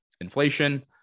inflation